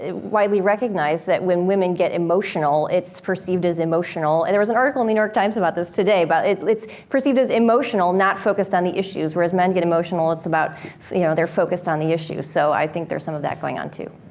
why we recognize that when women get emotional, it's perceived as emotional. and there was an article in the new york times about this today, but it's perceived as emotional, not focused on the issues. whereas men get emotional it's about, you know they're focused on the issues. so, i think there's some of that going on too.